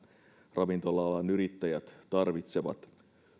ravintola alan yrittäjät tarvitsevat